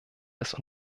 des